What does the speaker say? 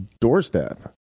doorstep